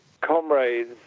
comrades